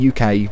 UK